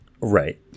Right